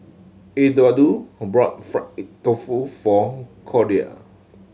Eduardo brought fried tofu for Cordia